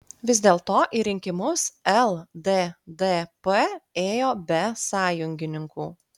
vis dėlto į rinkimus lddp ėjo be sąjungininkų